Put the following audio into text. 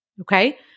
Okay